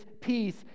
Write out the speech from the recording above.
peace